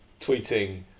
tweeting